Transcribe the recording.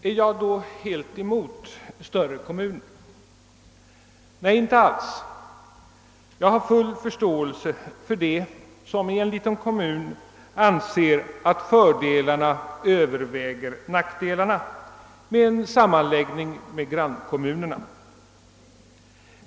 Är jag då helt emot större kommuner? Nej, jag har full förståelse för dem som i en liten kommun anser att fördelarna överväger nackdelarna av en sammanläggning med grannkommunerna.